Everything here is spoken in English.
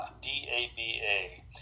D-A-B-A